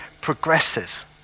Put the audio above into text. progresses